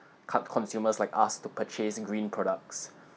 consumers like us to purchase green products